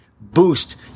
boost